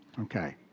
Okay